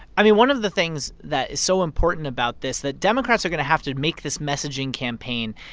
i mean, one of the things that is so important about this that democrats are going to have to make this messaging campaign.